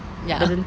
ya